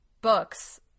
books